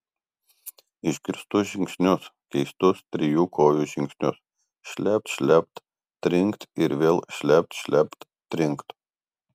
išgirstu žingsnius keistus trijų kojų žingsnius šlept šlept trinkt ir vėl šlept šlept trinkt